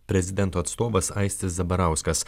prezidento atstovas aistis zabarauskas